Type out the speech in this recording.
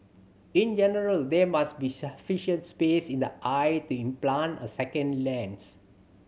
in general there must be sufficient space in the eye to implant a second lens